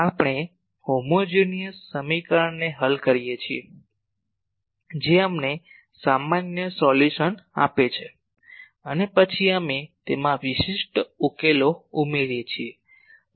આપણે સમાનધર્મી સમીકરણને હલ કરીએ છીએ જે અમને સામાન્ય સોલ્યુશન આપે છે અને પછી અમે તેમાં વિશિષ્ટ ઉકેલો ઉમેરીએ છીએ